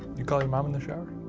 you call your mom in the shower?